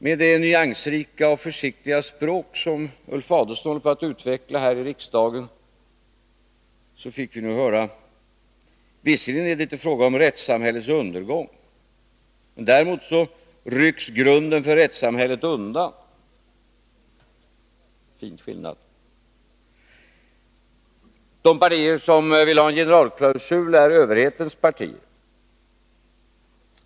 Med det nyansrika och försiktiga språk som Ulf Adelsohn utvecklar här i riksdagen fick vi nu höra att det visserligen inte är fråga om rättssamhällets undergång men att däremot grunden för rättssamhället rycks undan. Det är en fin skillnad. De partier som vill ha en generalklausul är ”överhetens partier”.